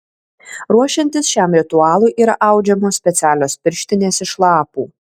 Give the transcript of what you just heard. ruošiantis šiam ritualui yra audžiamos specialios pirštinės iš lapų